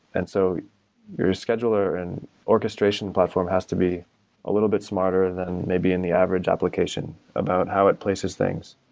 and so your scheduler and orchestration platform has to be a little bit smarter and then maybe in the average application, about how it places things.